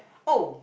oh